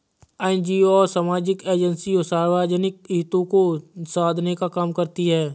NGO और सामाजिक agency सार्वजनिक हितों को साधने का काम करती हैं